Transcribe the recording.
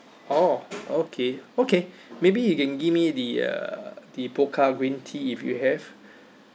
oh okay okay maybe you can give me the uh the Pokka green tea if you have